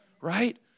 Right